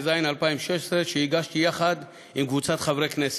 התשע"ז 2016, שהגשתי יחד עם קבוצת חברי כנסת.